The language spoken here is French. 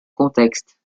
contexte